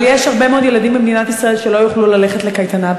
אבל יש הרבה מאוד ילדים במדינת ישראל שלא יוכלו ללכת לקייטנה,